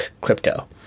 crypto